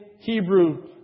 Hebrew